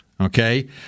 Okay